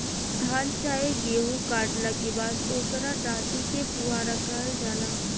धान चाहे गेहू काटला के बाद ओकरा डाटी के पुआरा कहल जाला